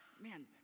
man